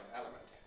element